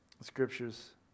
Scriptures